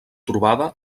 trobada